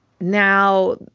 now